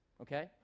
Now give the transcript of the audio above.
okay